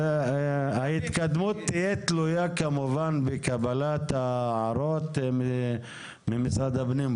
ההתקדמות תהיה תלויה כמובן בקבלת ההערות ממשרד הפנים,